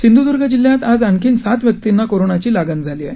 सिंधूदुर्ग जिल्ह्यात आज आणखी सात व्यक्तींना कोरोनाची लागण झाली आहे